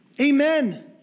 Amen